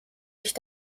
ich